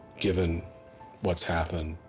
given what's happened,